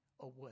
away